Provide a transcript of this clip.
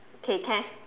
okay can